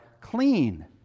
clean